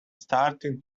starting